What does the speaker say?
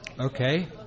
Okay